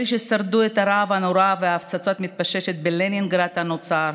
מי ששרדו ברעב הנורא ובהפצצה המתפשטת בלנינגרד הנצורה,